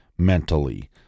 mentally